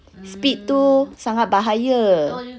speed tu sangat bahaya